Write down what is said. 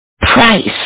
price